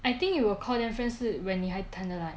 I think you will call them friends 是 when 你还谈得来